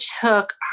took